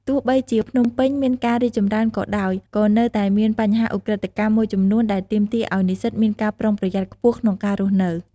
ទោះបីជាភ្នំពេញមានការរីកចម្រើនក៏ដោយ ក៏នៅតែមានបញ្ហាឧក្រិដ្ឋកម្មមួយចំនួនដែលទាមទារឲ្យនិស្សិតមានការប្រុងប្រយ័ត្នខ្ពស់ក្នុងការរស់នៅ។